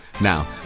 Now